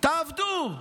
תעבדו.